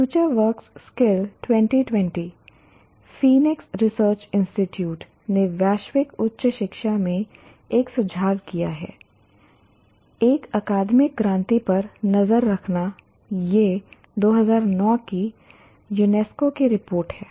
future work skills 2020 Phoenix research institute ने वैश्विक उच्च शिक्षा में एक झुकाव किया है एक अकादमिक क्रांति पर नज़र रखना यह 2009 की UNESCO की रिपोर्ट है